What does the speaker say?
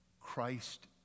Christ